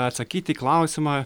atsakyti į klausimą